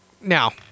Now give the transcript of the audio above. now